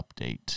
update